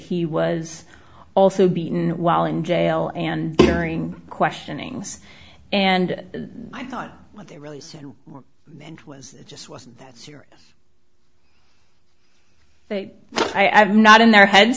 he was also beaten while in jail and hearing questionings and i thought what they really meant was it just wasn't that serious i am not in their head